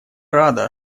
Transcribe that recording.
рада